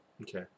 Okay